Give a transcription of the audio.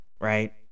right